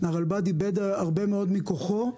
הרלב"ד איבד הרבה מאוד מכוחו.